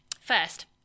First